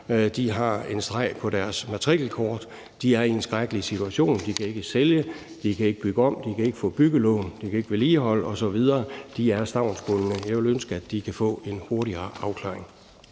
De har en streg på deres matrikelkort, og de er i en skrækkelig situation. De kan ikke sælge, de kan ikke bygge om, de kan ikke få byggelån, de kan ikke vedligeholde osv. De er stavnsbundne. Jeg ville ønske, at de kunne få en hurtigere afklaring.